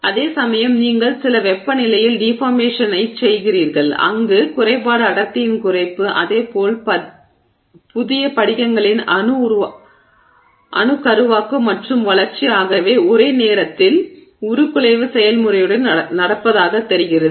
அதேசமயம் நீங்கள் சில வெப்பநிலையில் டிஃபார்மேஷனைச் செய்கிறீர்கள் அங்கு குறைபாடு அடர்த்தியின் குறைப்பு அதே போல் புதிய படிகங்களின் அணுக்கருவாக்கம் மற்றும் வளர்ச்சி ஆகியவை ஒரே நேரத்தில் உருக்குலைவு செயல்முறையுடன் நடப்பதாகத் தெரிகிறது